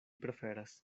preferas